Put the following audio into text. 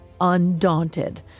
undaunted